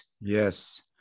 Yes